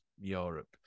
Europe